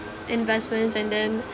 investments and then